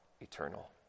eternal